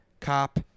Cop